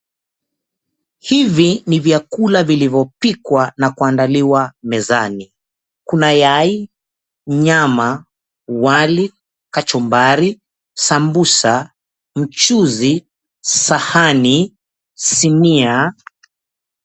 Hivi ni vyakula vilivyopikwa na kuandaliwa mezani. 𝐾una yai, nyama, wali, kachumbari, sambusa, mchuzi, sahani, sinia.